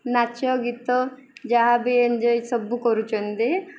ନାଚ ଗୀତ ଯାହା ବି ଏନ୍ଞ୍ଜୟ ସବୁ କରୁଛନ୍ତି